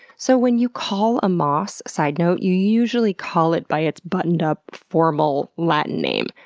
so, when you call a moss, side note, you usually call it by it's buttoned-up formal latin name.